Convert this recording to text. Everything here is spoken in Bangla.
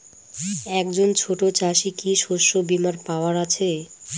একজন ছোট চাষি কি শস্যবিমার পাওয়ার আছে?